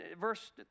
Verse